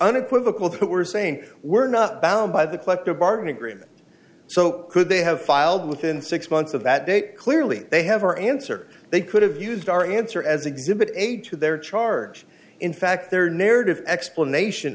unequivocal that we're saying we're not bound by the collective bargain agreement so could they have filed within six months of that date clearly they have our answer they could have used our answer as exhibit a to their charge in fact their narrative explanation